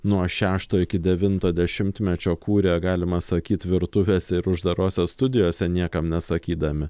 nuo šeštojo iki devinto dešimtmečio kūrė galima sakyt virtuvėse ir uždarose studijose niekam nesakydami